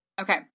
Okay